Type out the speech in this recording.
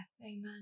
Amen